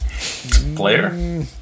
Player